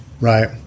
Right